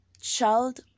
Child